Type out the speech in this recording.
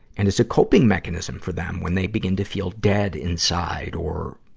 and it's a coping mechanism for them, when they begin to feel dead inside or,